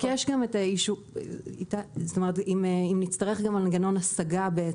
אם נצטרך מנגנון השגה על ההחלטה.